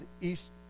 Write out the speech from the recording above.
east